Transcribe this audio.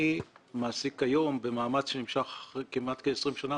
אני מעסיק כיום במאמץ שנמשך כמעט כ-20 שנים,